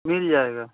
मिल जाएगा